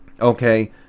Okay